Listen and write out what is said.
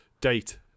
Date